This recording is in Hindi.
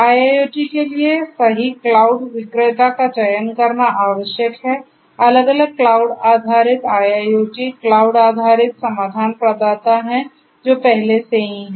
इसलिए IIoT के लिए सही क्लाउड विक्रेता का चयन करना आवश्यक है अलग अलग क्लाउड आधारित IIoT क्लाउड आधारित समाधान प्रदाता हैं जो पहले से ही हैं